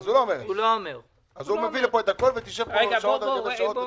אז הוא בעצם מביא לפה את הכול ותשב פה שעות על גבי שעות.